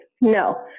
No